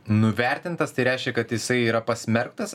nuvertintas tai reiškia kad jisai yra pasmerktas